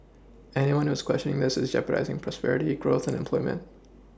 anyone who is questioning this is jeopardising prosperity growth and employment